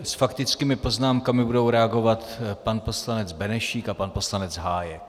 S faktickými poznámkami budou reagovat pan poslanec Benešík a pan poslanec Hájek.